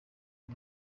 uyu